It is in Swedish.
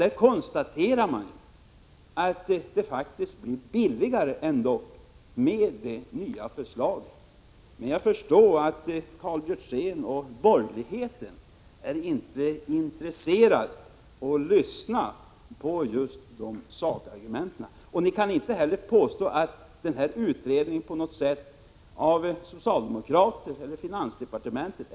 Det konstateras i utredningen att det faktiskt blir billigare med det nya förslaget. Men jag förstår att Karl Björzén och borgerligheten inte är intresserade av att lyssna till sakargument. Ni kan inte heller påstå att denna utredning på något sätt är färgad av socialdemokrater eller av finansdepartementet.